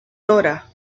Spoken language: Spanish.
dra